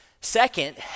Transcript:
Second